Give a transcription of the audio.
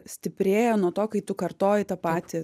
stiprėja nuo to kai tu kartoji tą patį